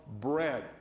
bread